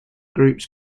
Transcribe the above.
groups